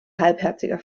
halbherziger